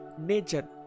nature